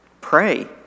pray